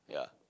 yeah